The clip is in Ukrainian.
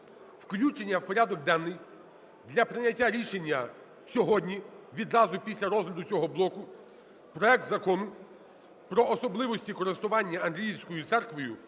включення в порядок денний для прийняття рішення сьогодні, відразу після розгляду цього блоку, проект Закону про особливості користування Андріївською церквою